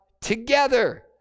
together